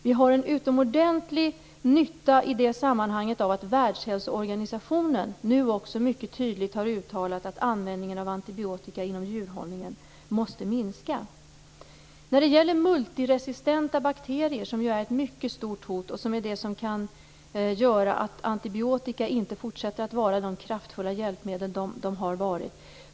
Vi har i det sammanhanget en utomordentlig nytta av att Världshälsoorganisationen nu också mycket tydligt har uttalat att användningen av antibiotika inom djurhållningen måste minska. Multiresistenta bakterier är ju ett mycket stort hot. De kan göra att antibiotika inte fortsätter att vara det kraftfulla hjälpmedel det har varit.